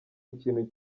ikintu